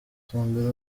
gutembera